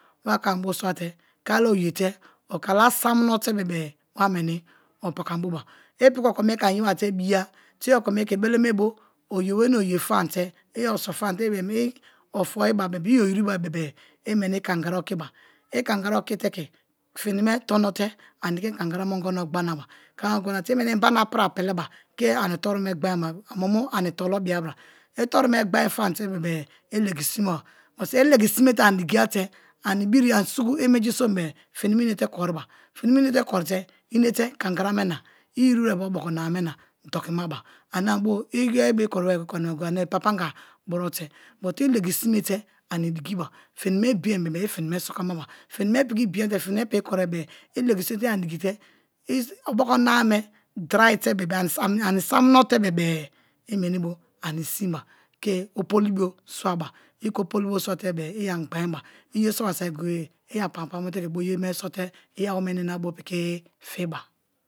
Wa ke ani bo swate kala oyete opakam bo ba, i piki okome ke ani yebe te biyal, te i okome ke bele me bo oyeweni oye famate i oso famte i beem i o foiba bebe, i oriba bebe-e i meni kangara dokaba, i kangara okite ke fini me tono ke ani ke kangara me ongono gbanaba i meni inba apra peleba ke ani toru me gbain me gbain famte bebe-e i legi sime ba because i legi simete ani digiyate ani biri ani suku i menji so be-e fini me inete koriba, fini me inete korite inete kangara me na i iri-were oboko nama me na dokima ba. ane ani bo iyeri be keri wene kori nama goye-goye ane pape anga buro te, but i legi sime te ani dikiba, finime bein-e be-e ifini me suka maba, finime piki bin-a te piki korie be-e i legi simite digite oboko namame dry te, ani samuno te bebe-e i meni bo ani simba ke opoli bio swaba i ke opolibo swate be-e i anigbanin ba i ye soba saki goye-goye i ani pakama pakama bo te ke bo yene soye iyaudo me ni na bo fiba.